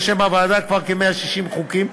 בשם הוועדה כבר כ-160 חוקים,